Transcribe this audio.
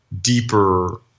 deeper